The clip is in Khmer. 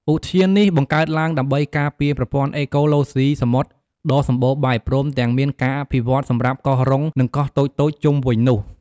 ឧទ្យាននេះ បង្កើតឡើងដើម្បីការពារប្រព័ន្ធអេកូឡូស៊ីសមុទ្រដ៏សម្បូរបែបព្រមទាំងមានការអភិវឌ្ឍសម្រាប់កោះរុង និងកោះតូចៗជុំវិញនោះ។